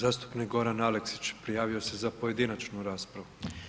Zastupnik Goran Aleksić, prijavio se za pojedinačnu raspravu.